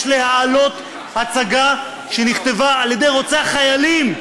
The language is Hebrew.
להעלות הצגה שנכתבה על ידי רוצח חיילים,